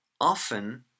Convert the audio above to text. Often